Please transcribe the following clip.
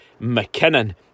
McKinnon